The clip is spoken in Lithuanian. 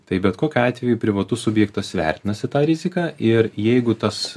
tai bet kokiu atveju privatus subjektas vertinasi tą riziką ir jeigu tas